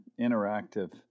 interactive